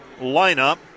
lineup